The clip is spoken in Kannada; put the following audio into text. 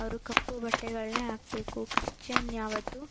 ಅವರು ಕಪ್ಪು ಬಟ್ಟೆಗಳನ್ನೇ ಹಾಕ್ಬೇಕು ಕ್ರಿಶ್ಚಿಯನ್ ಯಾವತ್ತೂ